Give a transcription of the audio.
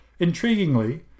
Intriguingly